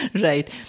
right